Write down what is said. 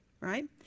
right